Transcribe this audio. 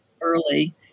early